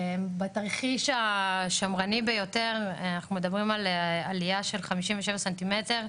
בתרחיש השמרני ביותר אנחנו מדברים על עלייה של 57 סנטימטר,